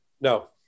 No